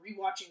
rewatching